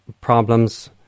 problems